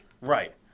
Right